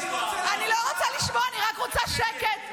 אני לא רוצה לשמוע, אני רק רוצה שקט.